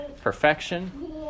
perfection